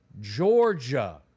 Georgia